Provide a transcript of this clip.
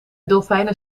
dolfijnen